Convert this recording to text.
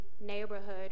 neighborhood